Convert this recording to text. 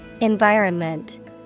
Environment